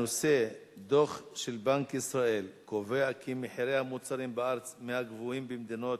הנושא דוח של בנק ישראל קובע כי מחירי המוצרים בארץ הם מהגבוהים במדינות